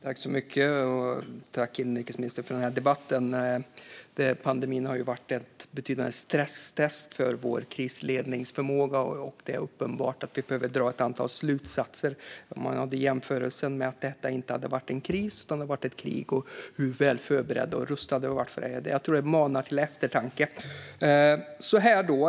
Fru talman! Tack, inrikesministern, för den här debatten! Pandemin har varit ett betydande stresstest för vår krisledningsförmåga. Det är uppenbart att vi behöver dra ett antal slutsatser. Man har gjort jämförelsen med om detta inte hade varit en kris utan ett krig och hur väl förberedda och rustade vi hade varit för det. Jag tror att det manar till efter-tanke.